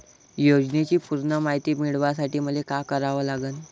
योजनेची पूर्ण मायती मिळवासाठी मले का करावं लागन?